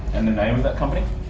and the name of that company?